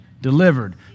delivered